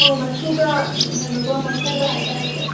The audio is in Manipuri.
ꯑꯧ ꯃꯁꯨꯒ ꯀꯩꯅꯣꯒ ꯃꯄꯨꯒ ꯍꯥꯏꯕꯇꯥꯔꯦꯀꯣ